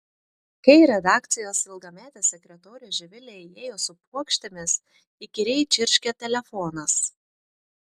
kai redakcijos ilgametė sekretorė živilė įėjo su puokštėmis įkyriai čirškė telefonas